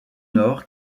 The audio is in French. nord